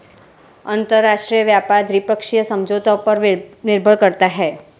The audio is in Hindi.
अंतरराष्ट्रीय व्यापार द्विपक्षीय समझौतों पर निर्भर करता है